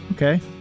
Okay